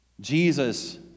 Jesus